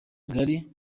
ngari